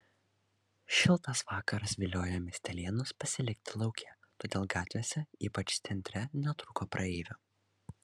šiltas vakaras viliojo miestelėnus pasilikti lauke todėl gatvėse ypač centre netrūko praeivių